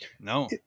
no